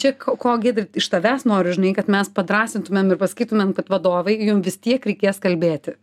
čia ko girdre iš tavęs noriu žinai kad mes padrąsintumėm ir pasakytumėm kad vadovai jum vis tiek reikės kalbėti